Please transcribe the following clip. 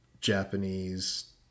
Japanese